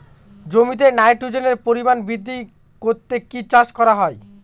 জমিতে নাইট্রোজেনের পরিমাণ বৃদ্ধি করতে কি চাষ করা হয়?